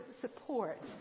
support